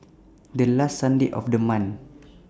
The last Sunday of The month